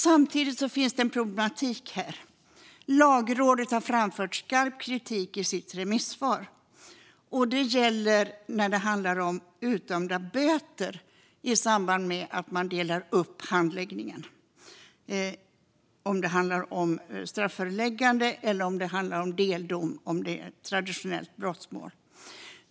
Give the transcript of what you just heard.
Samtidigt finns det en problematik här, och Lagrådet har framfört skarp kritik i sitt remissvar när det gäller utdömda böter i samband med att man delar upp handläggningen om det handlar om strafföreläggande eller deldom om det är traditionellt brottmål.